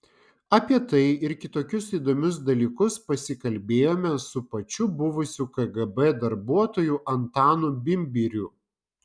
apie tai ir kitokius įdomius dalykus pasikalbėjome su pačiu buvusiu kgb darbuotoju antanu bimbiriu